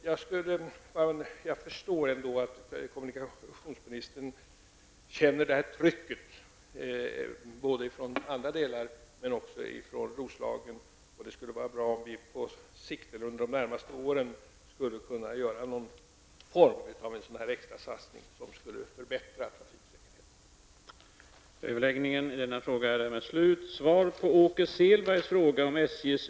Jag förstår ändå att kommunikationsministern känner trycket både från andra delar av landet och från Roslagen, och det skulle vara bra om vi på sikt eller under de närmaste åren kunde göra någon form av extrasatsning för att förbättra trafiksäkerheten.